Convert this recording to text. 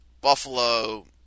Buffalo